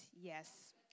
yes